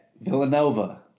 Villanova